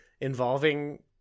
involving